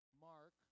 Mark